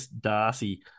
Darcy